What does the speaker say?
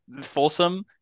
Folsom